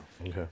okay